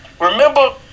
Remember